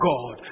God